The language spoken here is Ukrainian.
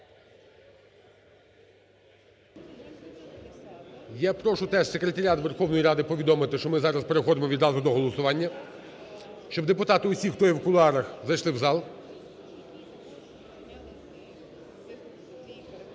Я прошу теж секретаріат Верховної Ради повідомити, що ми зараз переходимо відразу до голосування, щоб депутати всі, хто є в кулуарах, зайшли в зал.